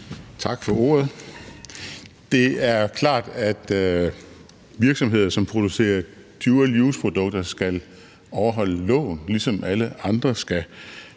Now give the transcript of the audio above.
Tak for ordet. Det er klart, at virksomheder, som producerer dual use-produkter, skal overholde loven, ligesom alle andre skal